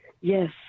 Yes